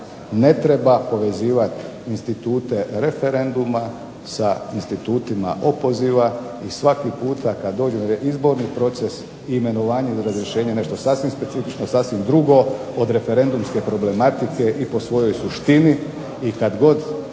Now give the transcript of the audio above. ne treba povezivati institute referenduma sa institutima opoziva. I svaki puta kada dođe reizborni proces imenovanje ili razrješenje je nešto specifično i sasvim drugo od referendumske problematike i po svojoj suštini. I kada god